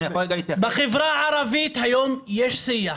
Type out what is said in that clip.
--- בחברה הערבית היום יש שיח.